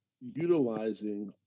utilizing